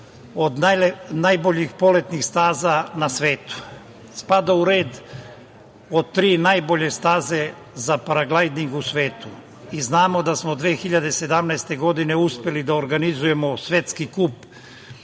od najboljih poletnih staza na svetu. Spada u red tri najbolje staze za paraglajding u svetu. Znamo da smo 2017. godine uspeli da organizujemo Svetski kup